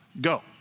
go